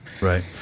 Right